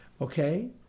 Okay